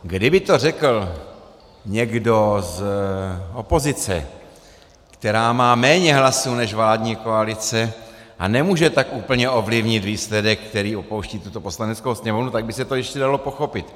Kdyby to řekl někdo z opozice, která má méně hlasů než vládní koalice a nemůže tak úplně ovlivnit výsledek, který opouští tuto Poslaneckou sněmovnu, tak by se to ještě dalo pochopit.